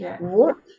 work